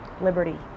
liberty